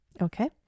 okay